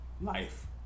Life